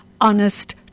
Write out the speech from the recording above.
honest